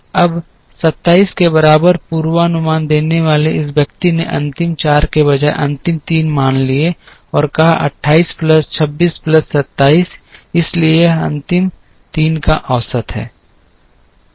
अब 27 के बराबर पूर्वानुमान देने वाले इस व्यक्ति ने अंतिम 4 के बजाय अंतिम 3 मान लिए और कहा 28 प्लस 26 प्लस 27 इसलिए यह अंतिम 3 का औसत है